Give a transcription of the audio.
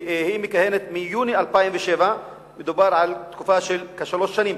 והיא מכהנת מיוני 2007. מדובר על תקופה של כשלוש שנים.